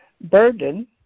burden